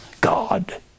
God